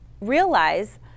realize